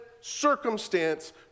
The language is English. circumstance